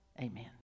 Amen